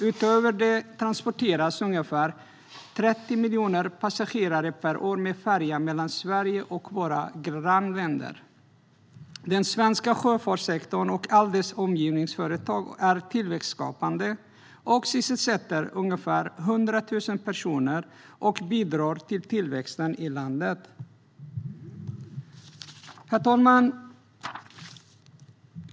Utöver det transporteras ungefär 30 miljoner passagerare per år med färja mellan Sverige och våra grannländer. Den svenska sjöfartssektorn och alla dess omgivningsföretag är tillväxtskapande och sysselsätter ungefär 100 000 personer och bidrar till tillväxten i landet. Herr talman!